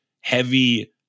heavy